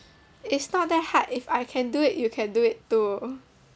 it's not that hard if I can do it you can do it too